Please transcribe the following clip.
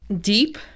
Deep